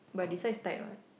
but this size tight what